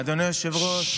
אדוני היושב-ראש,